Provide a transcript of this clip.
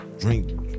Drink